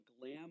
glam